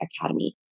Academy